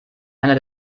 einer